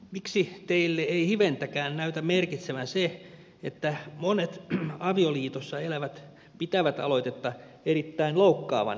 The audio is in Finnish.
miksi teille ei hiventäkään näytä merkitsevän se että monet avioliitossa elävät pitävät aloitetta erittäin loukkaavana